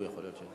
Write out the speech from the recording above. הוא יכול להיות,